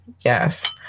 Yes